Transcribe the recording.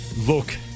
look